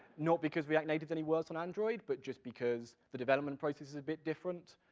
not because react native's any worse on android, but just because the development process is a bit different,